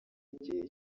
igihe